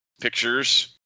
pictures